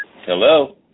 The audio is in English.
Hello